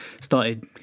started